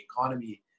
economy